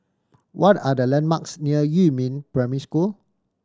what are the landmarks near Yumin Primary School